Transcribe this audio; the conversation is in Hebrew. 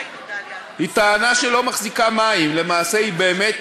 האחורית היא טענה שלא מחזיקה מים, ולמעשה היא באמת